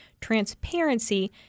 transparency